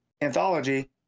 anthology